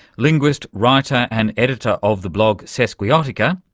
linguist, writer and editor of the blog sesquiotica.